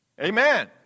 Amen